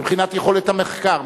מבחינת יכולת המחקר,